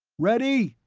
ready?